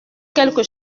quelques